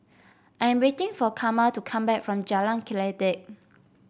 I am waiting for Karma to come back from Jalan Kledek